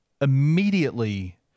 immediately